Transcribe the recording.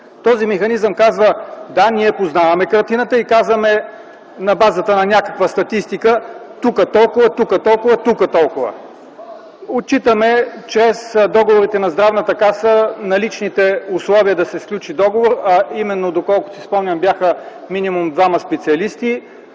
Този механизъм казва: да, ние познаваме картината и казваме на базата на някаква статистика – тук толкова, тук толкова и тук толкова. Отчитаме чрез договорите на Здравната каса наличните условия да се сключи договор, а именно, доколкото си спомням, те бяха минимум двама специалисти,